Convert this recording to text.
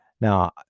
Now